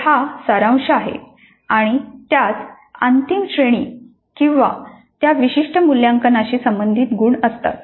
तर हा सारांश आहे आणि त्यात अंतिम श्रेणी किंवा त्या विशिष्ट मूल्यांकनाशी संबंधित गुण असतात